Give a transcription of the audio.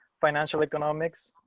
financial economics.